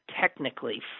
Technically